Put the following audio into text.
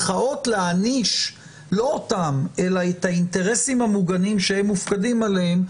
ו"להעניש" לא אותם אלא את האינטרסים המוגנים שהם מופקדים עליהם,